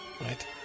Right